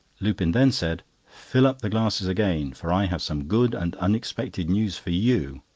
lupin then said fill up the glasses again, for i have some good and unexpected news for you.